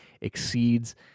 exceeds